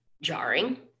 jarring